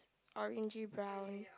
orange brown